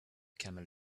camel